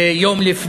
יום לפני.